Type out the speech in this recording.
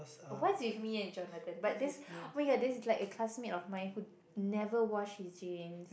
what's with me and Jonathan but that's oh-my-god there's this classmate of mine who never wash his jeans